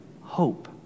hope